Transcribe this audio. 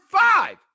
five